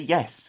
Yes